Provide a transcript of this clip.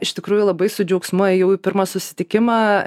iš tikrųjų labai su džiaugsmu ėjau į pirmą susitikimą